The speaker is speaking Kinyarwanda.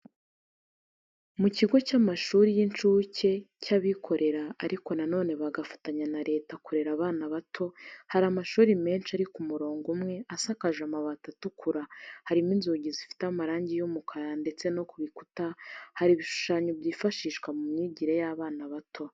Ni mu kigo cy'amashuri y'incuke cy'abikorera ariko nanone bagafatanya na leta kurera abana bato, hari amashuri menshi ari ku murongo umwe asakaje amabati atukura, harimo inzugi zifite amarangi y'umukara ndetse ku bikuta hari ibishushanyo byifashihshwa mu myigire y'abana bato.